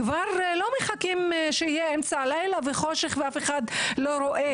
כבר לא מחכים שיגיע אמצע הלילה בשביל להסתתר כדי שאף אחד לא יראה,